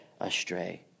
astray